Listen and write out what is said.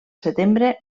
setembre